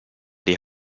die